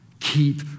keep